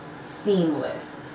seamless